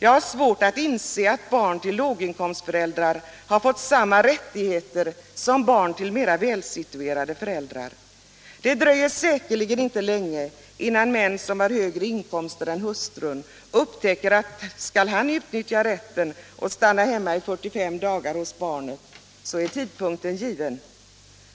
Jag har svårt att inse att barn till låginkomstföräldrar har fått samma rättigheter som barn till mera välsituerade föräldrar. Det dröjer säkerligen inte länge förrän män som har högre inkomster än hustrun upptäcker att om de skall utnyttja rätten att stanna hemma i 45 dagar hos barnen, så är tidpunkten given: